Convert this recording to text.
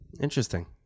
Interesting